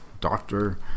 doctor